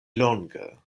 longe